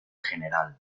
general